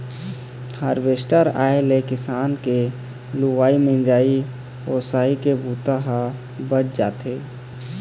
harvester के आए ले किसान के लुवई, मिंजई, ओसई के बूता ह बाँच जाथे